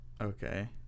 okay